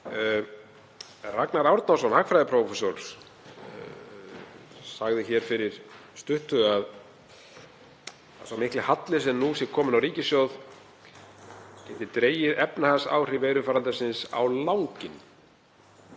Ragnar Árnason hagfræðiprófessor sagði fyrir stuttu að sá mikli halli sem nú sé kominn á ríkissjóð geti dregið efnahagsáhrif veirufaraldursins á langinn,